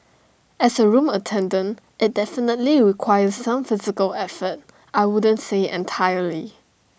as A room attendant IT definitely requires some physical effort I wouldn't say entirely